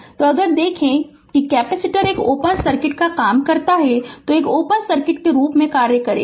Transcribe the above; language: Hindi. तो अगर देखें तो देखें कि कैपेसिटर एक ओपन सर्किट का काम करता है एक ओपन सर्किट के रूप में कार्य करता है